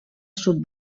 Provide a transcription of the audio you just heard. sud